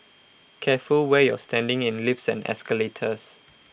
careful where you're standing in lifts and escalators